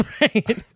right